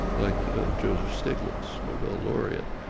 like joseph stiglitz, nobel laureate.